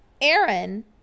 Aaron